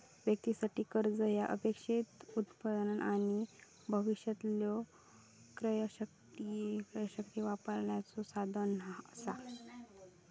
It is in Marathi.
व्यक्तीं साठी, कर्जा ह्या अपेक्षित उत्पन्न आणि भविष्यातलो क्रयशक्ती वापरण्याचो साधन असा